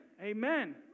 Amen